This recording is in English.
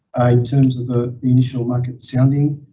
terms of the initial market sounding,